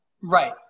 Right